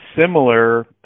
similar